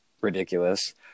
ridiculous